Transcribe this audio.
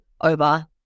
over